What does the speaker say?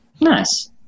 nice